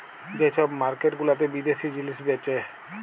যে ছব মার্কেট গুলাতে বিদ্যাশি জিলিস বেঁচে